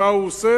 מה הוא עושה?